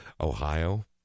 Ohio